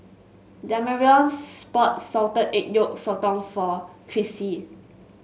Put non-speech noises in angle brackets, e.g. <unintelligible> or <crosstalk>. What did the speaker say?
Damarion <unintelligible> bought Salted Egg Yolk Sotong for Chrissie